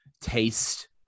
taste